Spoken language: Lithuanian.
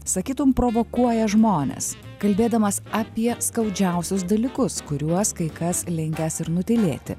sakytum provokuoja žmones kalbėdamas apie skaudžiausius dalykus kuriuos kai kas linkęs ir nutylėti